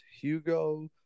Hugo